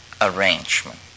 arrangement